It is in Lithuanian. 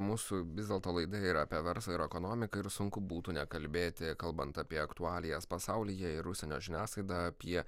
mūsų vis dėlto laida yra apie verslą ir ekonomiką ir sunku būtų nekalbėti kalbant apie aktualijas pasaulyje ir užsienio žiniasklaidą apie